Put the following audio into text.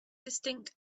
distinct